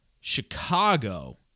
Chicago